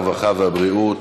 הרווחה והבריאות